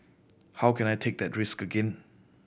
how can I take that risk again